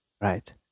right